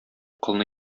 кылны